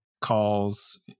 calls